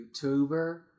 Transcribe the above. YouTuber